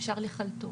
אפשר לחלטו.